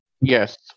Yes